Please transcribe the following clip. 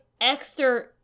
extra